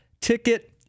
ticket